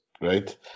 right